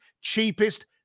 cheapest